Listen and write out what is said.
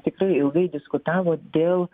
tikrai ilgai diskutavo dėl